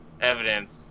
evidence